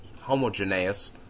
homogeneous